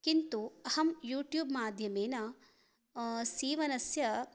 किन्तु अहं यूट्यूब् माध्यमेन सीवनस्य